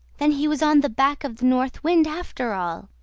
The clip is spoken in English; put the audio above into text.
then he was on the back of the north wind after all!